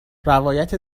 روایت